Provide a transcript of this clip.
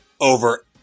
over